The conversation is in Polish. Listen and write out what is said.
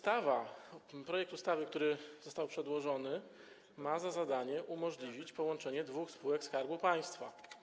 Ten projekt ustawy, który został przedłożony, ma za zadanie umożliwić połączenie dwóch spółek Skarbu Państwa.